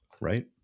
Right